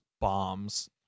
bombs